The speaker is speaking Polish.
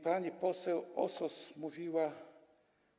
Pani poseł Osos mówiła.